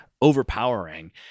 overpowering